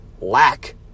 lack